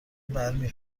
برمی